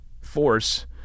force